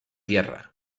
tierra